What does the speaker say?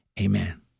Amen